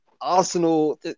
Arsenal